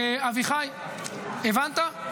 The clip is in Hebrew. אביחי, הבנת?